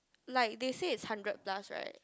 like they say it's hundred plus right